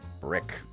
brick